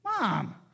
Mom